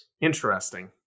Interesting